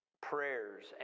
prayers